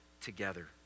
together